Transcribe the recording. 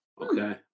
Okay